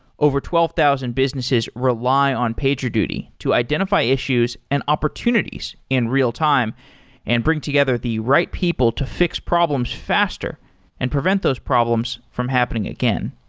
over twelve thousand businesses rely on pagerduty to identify issues and opportunities in real time and bring together the right people to fix problems faster and prevent those problems from happening again.